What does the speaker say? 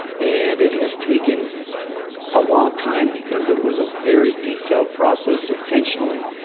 and it has taken a long time because it was a very detailed process, intentionally.